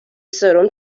سرم